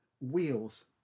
wheels